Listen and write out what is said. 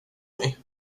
mig